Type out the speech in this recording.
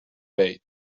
bait